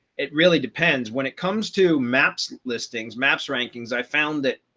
it really depends when it comes to maps listings maps rankings, i found that